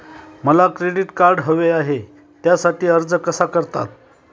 मला credit card हवे आहे त्यासाठी अर्ज कसा करतात?